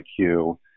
IQ